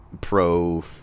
pro